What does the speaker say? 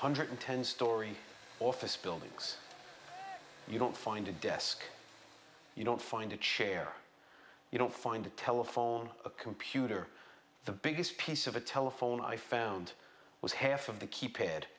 hundred ten story office buildings you don't find a desk you don't find a chair you don't find a telephone a computer the biggest piece of a telephone i found was half of the keypad